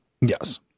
Yes